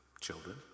children